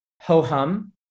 ho-hum